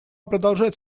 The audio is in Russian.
продолжать